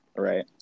right